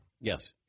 Yes